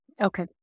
Okay